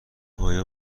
آیا